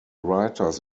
writers